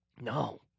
No